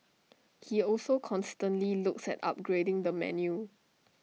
he also constantly looks at upgrading the menu